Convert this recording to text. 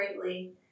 greatly